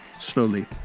Slowly